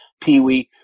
peewee